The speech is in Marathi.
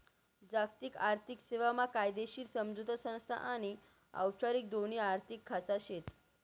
जागतिक आर्थिक सेवा मा कायदेशीर समझोता संस्था आनी औपचारिक दोन्ही आर्थिक खाचा शेत